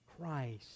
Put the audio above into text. Christ